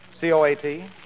C-O-A-T